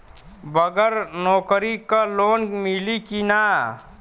बगर नौकरी क लोन मिली कि ना?